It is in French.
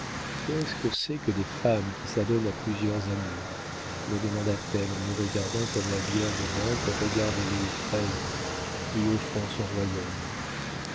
qu'est-ce que c'est que des femmes qui s'adonnent à plusieurs amours me demanda-t-elle en me regardant comme la vierge d'ingres regarde louis xiii lui offrant son royaume